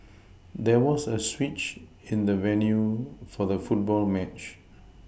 there was a switch in the venue for the football match